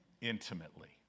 intimately